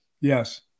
yes